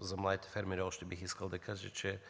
За младите фермери бих искал да кажа още, че